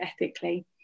ethically